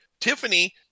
tiffany